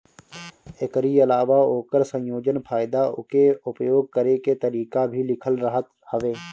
एकरी अलावा ओकर संयोजन, फायदा उके उपयोग करे के तरीका भी लिखल रहत हवे